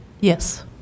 yes